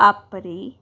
ਆਪਣੀ